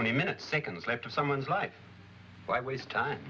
only minutes seconds later someone's life why waste time